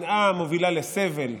שנאה מובילה לסבל,